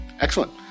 Excellent